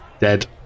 dead